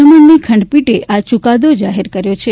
રમણની ખંડપીઠે આ ચૂકાદો જાહેર કર્યો છે